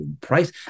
price